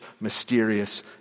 mysterious